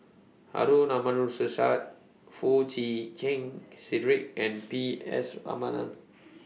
Harun Foo Chee Keng Cedric and P S Raman